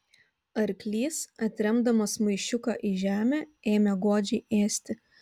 arklys atremdamas maišiuką į žemę ėmė godžiai ėsti